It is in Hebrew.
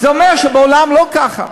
זה אומר שבעולם זה לא ככה.